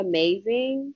Amazing